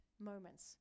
moments